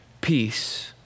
peace